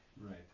Right